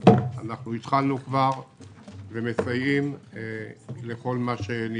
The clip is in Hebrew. התחלנו כבר ומסייעים בכל מה שנדרש.